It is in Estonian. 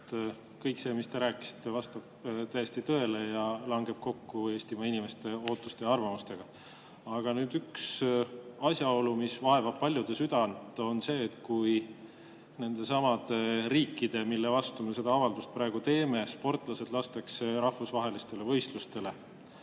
Kõik see, mis te rääkisite, vastab täiesti tõele ja langeb kokku Eestimaa inimeste ootuste ja arvamustega. Aga asjaolu, mis vaevab paljude südant, on see, et kui sportlased nendestsamadest riikidest, mille vastu me seda avaldust praegu teeme, lastakse rahvusvahelistele võistlustele,